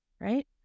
right